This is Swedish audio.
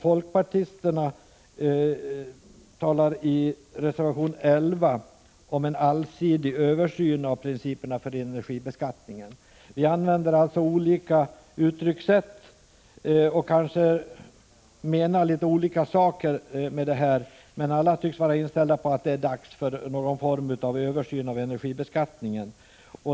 Folkpartisterna talar i reservation 11 om en allsidig översyn av principerna för energibeskattningen. Vi använder alltså olika uttryckssätt och menar kanske litet olika saker. Men alla tycks vara inställda på att det är dags för någon form av översyn av energibeskattningen.